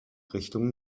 richtung